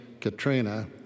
Katrina